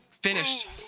Finished